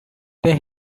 they